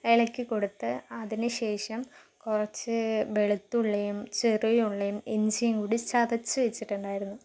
ഇളക്കി കൊടുത്ത് അതിനു ശേഷം കുറച്ചു വെളുത്തുള്ളിയും ചെറിയുള്ളിയും ഇഞ്ചിയും കൂടി ചതച്ചു വെച്ചിട്ടുണ്ടായിരുന്നു